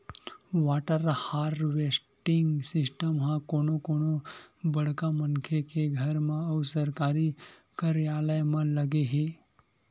water harvesting system ह कोनो कोनो बड़का मनखे के घर म अउ सरकारी कारयालय म लगे हे